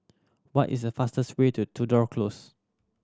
what is the fastest way to Tudor Close